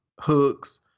hooks